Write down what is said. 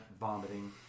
vomiting